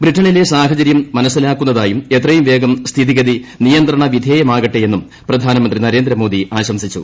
ബ്രിട്ടനിലെ സാഹചര്യം മനസിലാക്കുന്നതായും എത്രയും വേഗം സ്ഥിതിഗതി നിയന്ത്രണ വിധേയമാകട്ടെ എന്നും പ്രധാനമന്ത്രി നരേന്ദ്രമോദി ആശംസിച്ചു